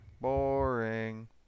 Boring